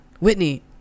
whitney